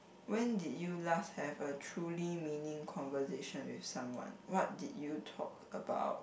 when did you last have a truly meaning conversation with someone what did you talk about